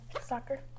soccer